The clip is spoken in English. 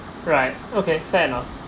right okay fair enough